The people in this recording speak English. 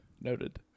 Noted